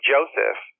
Joseph